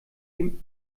dem